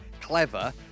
clever